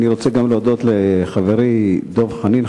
אני רוצה גם להודות לחברי דב חנין,